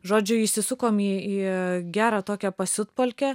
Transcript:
žodžiu įsisukom į į gerą tokią pasiutpolkę